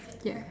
ya